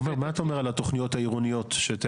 עומר, מה אתה אומר על התוכניות העירוניות שתיארנו?